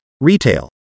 retail